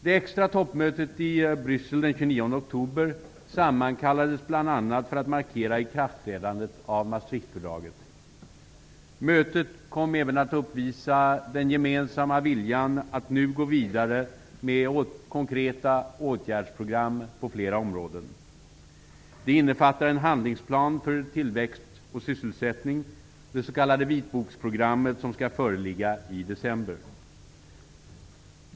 Det extra toppmötet i Bryssel den 29 oktober sammankallades bl.a. för att man skulle markera ikraftträdandet av Maastrichtfördraget. Mötet kom även att uppvisa den gemensamma viljan att nu gå vidare med konkreta åtgärdsprogram på flera områden. Detta innefattar en handlingsplan för tillväxt och sysselsättning, det s.k. vitboksprogrammet, som skall föreligga i december.